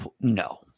no